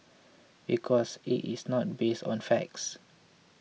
because it is not based on facts